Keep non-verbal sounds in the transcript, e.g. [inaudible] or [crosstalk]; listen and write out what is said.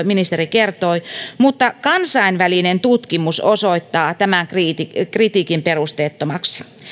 [unintelligible] ministeri kertoi mutta kansainvälinen tutkimus osoittaa tämän kritiikin kritiikin perusteettomaksi